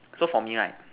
so for me right